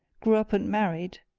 grew up and married,